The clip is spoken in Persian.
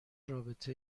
رابطه